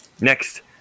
Next